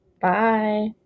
Bye